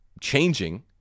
changing